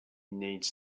needs